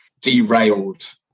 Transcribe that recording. derailed